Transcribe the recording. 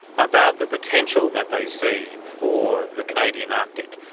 about the potential that they see for the canadian arctic.